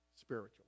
spiritual